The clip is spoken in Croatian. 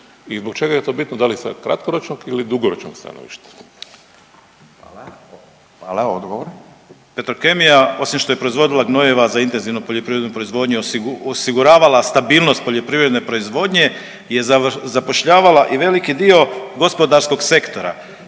I zbog čega je to bitno da li sa kratkoročnog ili dugoročnog stanovišta? **Radin, Furio (Nezavisni)** Hvala, odgovor. **Lenart, Željko (HSS)** Petrokemija osim što je proizvodila gnojiva za intenzivnu poljoprivrednu proizvodnju osigurava stabilnost poljoprivredne proizvodnje i zapošljavala i veliki dio gospodarskog sektora,